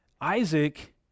Isaac